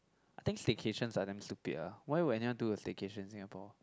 I think staycations are damn stupid ah why would anyone do a staycation in Singapore